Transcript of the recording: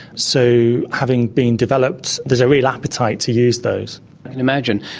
so having been developed, there is a real appetite to use those. i can imagine.